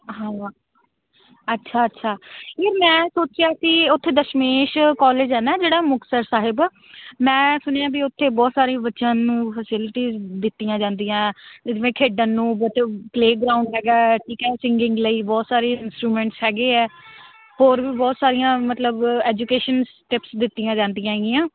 ਹਾਂ ਅੱਛਾ ਅੱਛਾ ਯਾਰ ਮੈਂ ਸੋਚਿਆ ਸੀ ਉੱਥੇ ਦਸ਼ਮੇਸ਼ ਕਾਲਜ ਆ ਨਾ ਜਿਹੜਾ ਮੁਕਤਸਰ ਸਾਹਿਬ ਮੈਂ ਸੁਣਿਆ ਵੀ ਉੱਥੇ ਬਹੁਤ ਸਾਰੀ ਬੱਚਿਆਂ ਨੂੰ ਫੈਸਿਲਿਟੀ ਦਿੱਤੀਆਂ ਜਾਂਦੀਆਂ ਜਿਵੇਂ ਖੇਡਣ ਨੂੰ ਪਲੇਗਰਾਉਂਡ ਹੈਗਾ ਠੀਕ ਹੈ ਸਿੰਗਿੰਗ ਲਈ ਬਹੁਤ ਸਾਰੇ ਇੰਨਸਟਰੂਮੈਂਟਸ ਹੈਗੇ ਹੈ ਹੋਰ ਵੀ ਬਹੁਤ ਸਾਰੀਆਂ ਮਤਲਬ ਐਜੂਕੇਸ਼ਨਸ ਟਿਪਸ ਦਿੱਤੀਆਂ ਜਾਂਦੀਆਂ ਹੈਗੀਆਂ